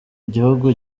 igihugu